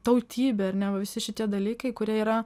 tautybė ar ne va visi šitie dalykai kurie yra